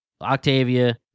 Octavia